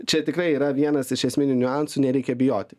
čia tikrai yra vienas iš esminių niuansų nereikia bijoti